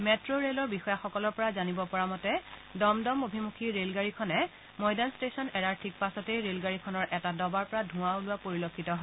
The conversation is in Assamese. ম্টে' ৰেলৰ বিষয়াসকলৰ পৰা জানিব পৰা মতে দমদম অভিমুখী ৰেলগাড়ীখনে মৈদান ট্টেচন এৰাৰ ঠিক পাছতেই ৰেলগাড়ীখনৰ এটা ডবাৰ পৰা ধোঁৱা ওলোৱা পৰিলক্ষিত হয়